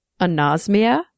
anosmia